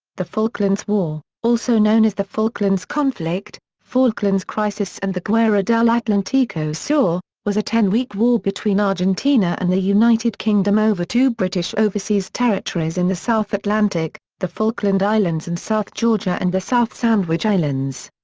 the falklands war, also known as the falklands conflict, falklands crisis and the guerra del atlantico sur, was a ten-week war between argentina and the united kingdom over two british overseas territories in the south atlantic the falkland islands and south georgia and the south sandwich islands.